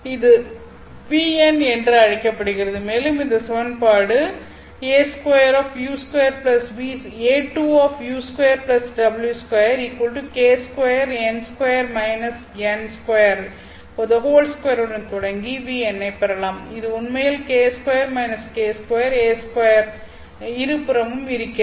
இது V எண் என்று அழைக்கப்படுகிறது மேலும் இந்த சமன்பாடு a2u2 w2k 2 n 2 - n 2 2 உடன் தொடங்கி V எண்ணைப் பெறலாம் இது உண்மையில் k 2 - k 2 a2 இருபுறமும் இருக்கிறது